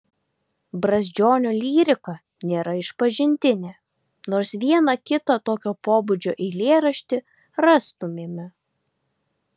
brazdžionio lyrika nėra išpažintinė nors vieną kitą tokio pobūdžio eilėraštį rastumėme